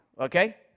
okay